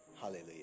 Hallelujah